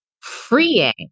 freeing